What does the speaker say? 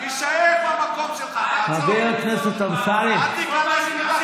אני מציע לך, אל תדבר על אריה